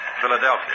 Philadelphia